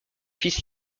fils